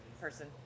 Person